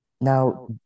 Now